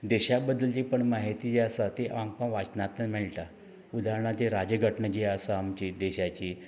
देशा बद्दल जी पण माहिती जी आसा ती आमकां वाचनांतल्यान मेळटा उदारणाचेर राजघटना जी आसा आमची देशाची